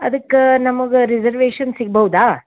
ಅದಕ್ಕೆ ನಮಗೆ ರಿಸರ್ವೇಶನ್ ಸಿಗ್ಬೌದಾ